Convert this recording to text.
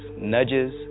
nudges